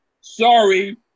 Sorry